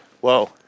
Whoa